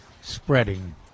spreading